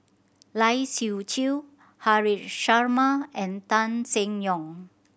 Lai Siu Chiu Haresh Sharma and Tan Seng Yong